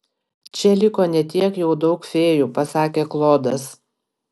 čia liko ne tiek jau daug fėjų pasakė klodas